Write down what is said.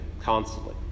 constantly